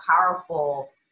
powerful